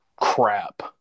crap